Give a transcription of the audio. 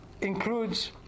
includes